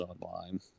Online